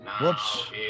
whoops